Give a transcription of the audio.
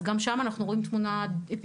אז גם שם אנחנו רואים תמונה אפידמיולוגית